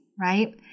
right